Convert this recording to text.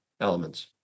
elements